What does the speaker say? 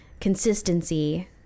consistency